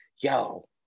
yo